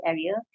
Area